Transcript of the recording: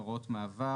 הוראות מעבר